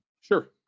Sure